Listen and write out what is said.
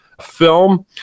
film